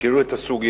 מכיר את הסוגיה,